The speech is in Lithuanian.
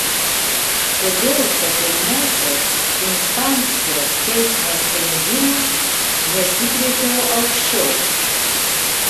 kodėl po pirmosios instancijos teismo sprendimo nesikreipiau aukščiau